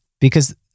because-